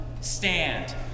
stand